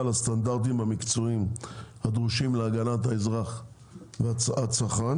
על הסטנדרטים המקצועיים הדרושים להגנת האזרח הצרכן.